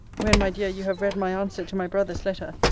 when, my dear, you have read my answer to my brother's letter,